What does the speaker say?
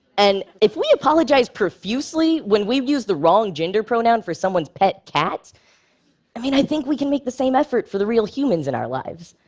and if we apologize profusely when we've used the wrong gender pronoun for someone's pet cat i mean, i think we can make the same effort for the real humans in our lives.